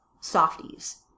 softies